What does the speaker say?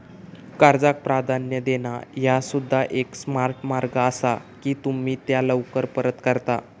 कर्जाक प्राधान्य देणा ह्या सुद्धा एक स्मार्ट मार्ग असा की तुम्ही त्या लवकर परत करता